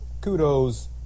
kudos